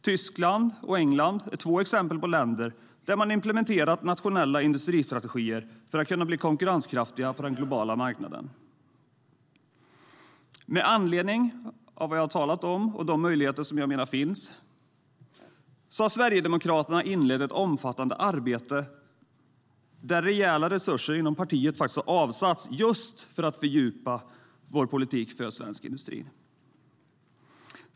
Tyskland och England är två exempel på länder där man implementerat nationella industristrategier för att kunna bli konkurrenskraftiga på den globala marknaden. Med anledning av vad jag har talat om och de möjligheter som finns har Sverigedemokraterna inlett ett omfattande arbete där rejäla resurser inom partiet har avsatts just för att fördjupa vår politik för svensk industri.